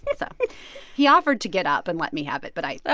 yeah so he offered to get up and let me have it. but i.